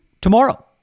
tomorrow